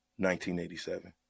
1987